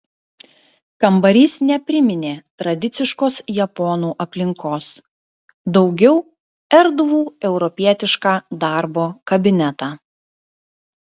kambarys nepriminė tradiciškos japonų aplinkos daugiau erdvų europietišką darbo kabinetą